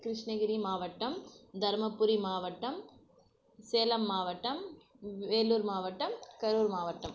கிருஷ்ணகிரி மாவட்டம் தருமபுரி மாவட்டம் சேலம் மாவட்டம் வேலூர் மாவட்டம் கரூர் மாவட்டம்